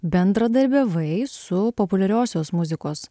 bendradarbiavai su populiariosios muzikos